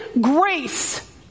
grace